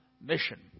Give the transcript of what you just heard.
Mission